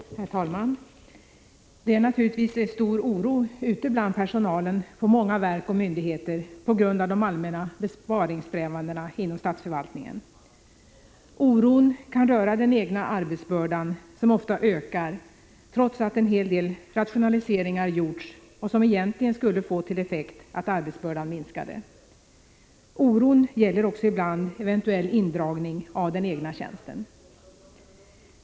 Herr talman! Det är naturligtvis stor oro ute bland personalen på många verk och myndigheter på grund av de allmänna besparingssträvandena inom statsförvaltningen. Oron kan röra den egna arbetsbördan, som ofta ökar, trots att en hel del rationaliseringar gjorts vilka egentligen skulle få till effekt att arbetsbördan minskade. Oron gäller ibland eventuell indragning av den egna tjänsten.